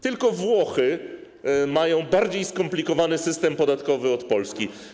Tylko Włochy mają bardziej skomplikowany system podatkowy od Polski.